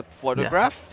Photograph